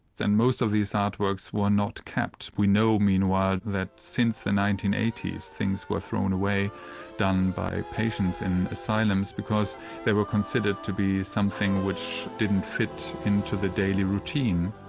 and most of these artworks were not kept. we know, meanwhile, that since the nineteen eighty s things were thrown away done by patients in asylums because they were considered to be something which didn't fit into the daily routine,